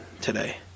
today